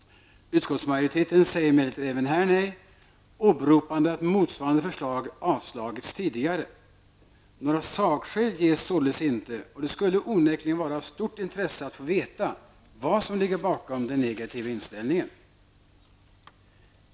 Utskottsmajoriteten säger emellertid även här nej, åberopande det faktum att motsvarande förslag har avslagits tidigare. Några sakskäl ges således inte, men det skulle onekligen vara av stort intresse att få veta vad som ligger bakom den negativa inställningen.